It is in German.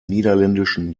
niederländischen